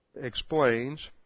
explains